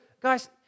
guys